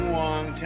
long